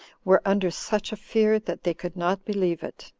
were under such a fear, that they could not believe it.